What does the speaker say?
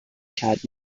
card